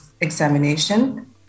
examination